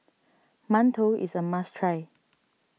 Mantou is a must try